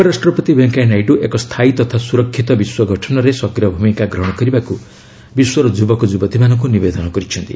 ଉପରାଷ୍ଟ୍ରପତି ଭେଙ୍କୟା ନାଇଡୁ ଏକ ସ୍ଥାୟୀ ତଥା ସୁରକ୍ଷିତ ବିଶ୍ୱ ଗଠନରେ ସକ୍ରିୟ ଭୂମିକା ଗ୍ରହଣ କରିବାକୁ ବିଶ୍ୱର ଯୁବକ ଯୁବତୀମାନଙ୍କୁ ନିବେଦନ କରିଛନ୍ତି